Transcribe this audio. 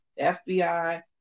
FBI